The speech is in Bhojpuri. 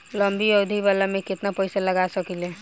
लंबी अवधि वाला में केतना पइसा लगा सकिले?